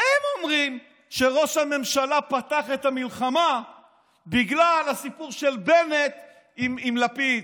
הם אומרים שראש הממשלה פתח את המלחמה בגלל הסיפור של בנט עם לפיד,